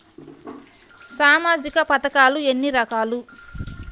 సామాజిక పథకాలు ఎన్ని రకాలు?